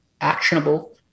actionable